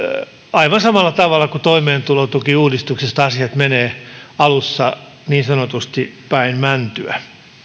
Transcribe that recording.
aivan samalla tavalla kuin toimeentulotukiuudistuksessa asiat menevät alussa niin sanotusti päin mäntyä